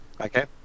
Okay